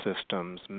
systems